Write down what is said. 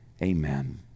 Amen